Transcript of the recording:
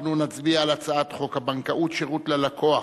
נצביע על הצעת חוק הבנקאות (שירות ללקוח)